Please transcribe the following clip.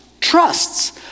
trusts